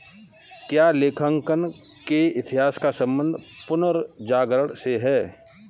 क्या लेखांकन के इतिहास का संबंध पुनर्जागरण से है?